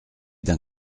d’un